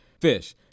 fish